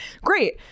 Great